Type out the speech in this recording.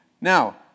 Now